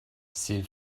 c’est